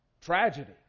Tragedy